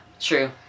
True